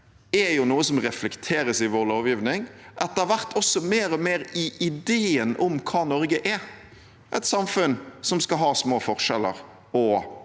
er noe som reflekteres i vår lovgivning, og etter hvert også mer og mer i ideen om hva Norge er: et samfunn som skal ha små forskjeller og